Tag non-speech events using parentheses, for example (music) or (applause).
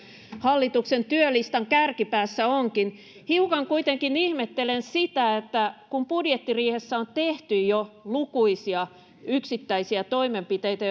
hallituksen työlistan kärkipäässä onkin hiukan kuitenkin ihmettelen sitä että kun budjettiriihessä on tehty jo lukuisia yksittäisiä toimenpiteitä (unintelligible)